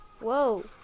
Whoa